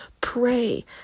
pray